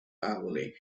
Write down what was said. hourly